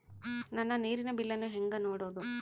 ನನ್ನ ನೇರಿನ ಬಿಲ್ಲನ್ನು ಹೆಂಗ ನೋಡದು?